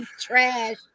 trash